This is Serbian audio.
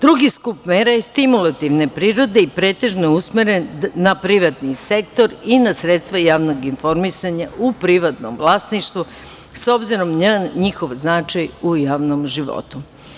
Drugi skup mera je stimulativne prirode i pretežno usmeren na privatni sektor i na sredstva javnog informisanja u privatnom vlasništvu, s obzirom na njihov značaj u javnom životu.